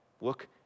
Look